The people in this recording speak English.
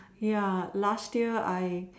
ya last year I